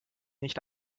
nicht